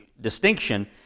distinction